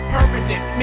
Permanent